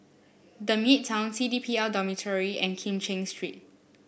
The Midtown C D P L Dormitory and Kim Cheng Street